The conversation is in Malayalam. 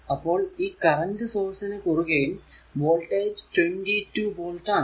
അപ്പോൾ ഈ കറന്റ് സോഴ്സ് നു കുറുകെയും വോൾടേജ് 22 വോൾട് ആണ്